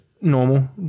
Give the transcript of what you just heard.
normal